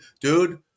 dude